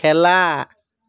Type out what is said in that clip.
খেলা